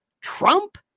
Trump